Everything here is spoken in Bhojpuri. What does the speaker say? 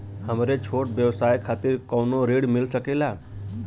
हमरे छोट व्यवसाय खातिर कौनो ऋण मिल सकेला?